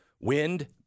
Wind